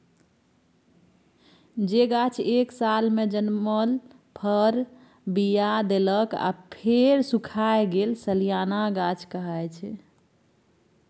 जे गाछ एक सालमे जनमल फर, बीया देलक आ फेर सुखाए गेल सलियाना गाछ कहाइ छै